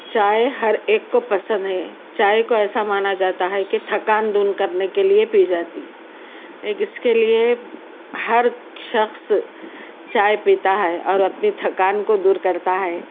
چائے ہر ایک کو پسند ہے چائے کو ایسا مانا جاتا ہے کہ تھکان دون کرنے کے لئے پی جاتی ہے ایک اس کے لئے ہر شخص چائے پیتا ہے اور اپنی تھکان کو دور کرتا ہے